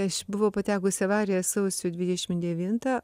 aš buvau patekus į avariją sausio dvidešim devintą